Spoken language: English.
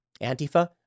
Antifa